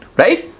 right